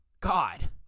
God